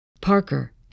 Parker